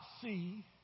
see